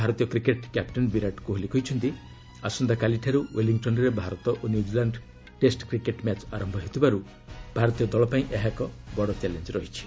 ଭାରତୀୟ cricket captain Virat Kohli କହିଛନ୍ତି ଆସନ୍ତାକାଲିଠାରୁ ୱେଲିଂଟନ୍ରେ ଭାରତ ଓ ନ୍ୟୁଜିଲାଣ୍ଡ ଟେଷ୍ଟ କ୍ରିକେଟ୍ ମ୍ୟାଚ୍ ଆରମ୍ଭ ହେଉଥିବାରୁ ଭାରତୀୟ ଦଳପାଇଁ ଏହା ଏକ ବଡ଼ ଚ୍ୟାଲେଞ୍ଜ ରହିଛି